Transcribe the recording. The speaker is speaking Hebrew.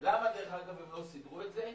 למה הם לא סידרו את זה?